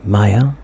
Maya